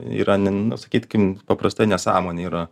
yra ne nu sakytkim paprastai nesąmonė yra